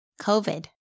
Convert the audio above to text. COVID